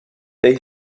they